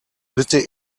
bitte